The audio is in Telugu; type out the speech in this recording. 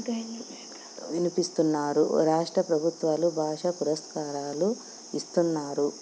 వినిపిస్తున్నారు రాష్ట్ర ప్రభుత్వాలు భాష పురస్కారాలు ఇస్తున్నారు